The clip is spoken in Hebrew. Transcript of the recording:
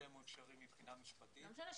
אם הוא אפשרי מבחינה משפטית --- לא משנה,